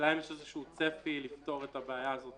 השאלה אם יש איזשהו צפי לפתור את הבעיה הזאת